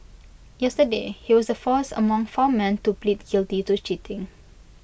yesterday he was the first among four men to plead guilty to cheating